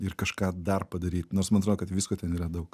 ir kažką dar padaryt nors man atrodo kad visko ten yra daug